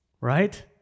right